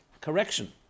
correction